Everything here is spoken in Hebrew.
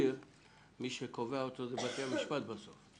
שמי שקובע מה זה "סביר" זה בית המשפט בסוף.